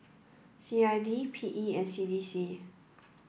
C I D P E and C D C